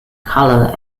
color